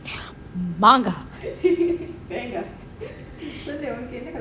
மாங்கா